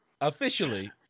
Officially